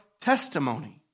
testimony